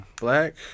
Black